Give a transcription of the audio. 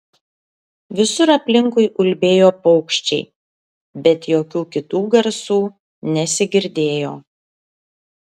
visur aplinkui ulbėjo paukščiai bet jokių kitų garsų nesigirdėjo